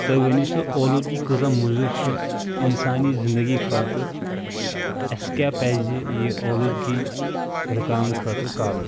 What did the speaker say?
تُہۍ ؤنو سا اولوٗدگی کۭژہ مُزر چھ اِنسانی زِندِگی خٲطرٕ اسہِ کیاہ پَزِ یہِ اولوٗدگی رُکاونہٕ خٲطرٕ کَرُن